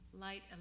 Light